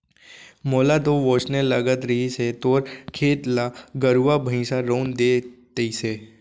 मोला तो वोसने लगत रहिस हे तोर खेत ल गरुवा भइंसा रउंद दे तइसे